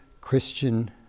Christian